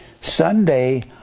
Sunday